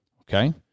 Okay